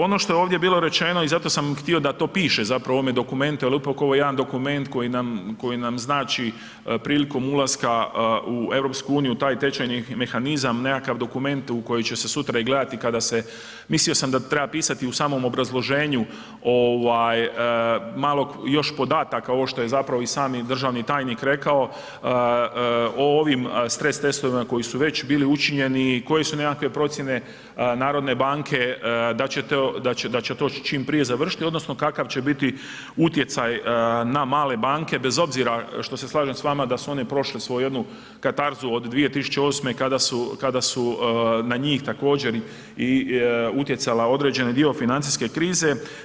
Ono što je ovdje bilo rečeno i zato sam htio da to piše zapravo u ovome dokumentu jer upravo ovo je jedan dokument koji nam znači prilikom ulaska u EU, taj tečajni mehanizam, nekakav dokument u koji će se sutra i gledati kada se, mislio sam da treba pisati u samom obrazloženju malo još podataka ovo što je zapravo i sami državni tajnik rekao o ovim strest testovima koji su već bili učinjeni i koje su nekakve procjene Narodne banke da će to čim prije završiti odnosno kakav će biti utjecaj na male banke bez obzira što se slažem s vama da su one prošle svoju jednu katarzu od 2008. kada su na njih također utjecala određeni dio financijske krize.